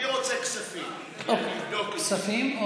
אני רוצה כספים, כדי לבדוק, כספים?